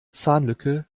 zahnlücke